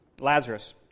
Lazarus